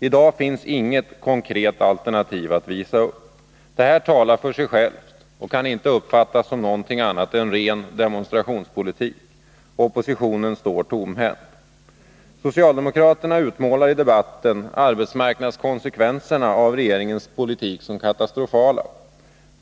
I dag finns inget konkret alternativ att visa upp. Det här talar för sig självt och kan inte uppfattas som någonting annat än ren demonstrationspolitik. Oppositionen står tomhänt. Socialdemokraterna utmålar i debatten arbetsmarknadskonsekvenserna av regeringens politik som katastrofala.